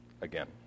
Again